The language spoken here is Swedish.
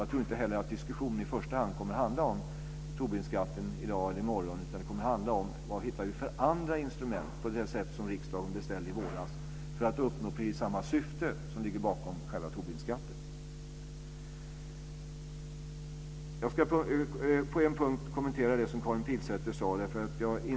Jag tror inte heller att diskussionen i första hand kommer att handla om Tobinskatten i morgon, utan den kommer att handla om vilka andra instrument vi kan hitta för att på det sätt som riksdagen beställde i våras uppnå precis samma syfte som ligger bakom själva Tobinskatten. Jag ska på en punkt kommentera det som Karin Pilsäter sade.